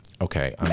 okay